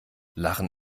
lachen